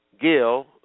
Gill